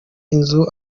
inzu